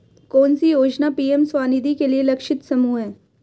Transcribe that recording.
कौन सी योजना पी.एम स्वानिधि के लिए लक्षित समूह है?